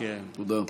תודה.